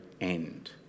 end